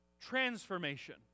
transformation